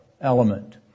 element